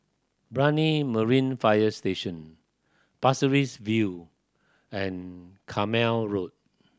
Brani Marine Fire Station Pasir Ris View and Carmichael Road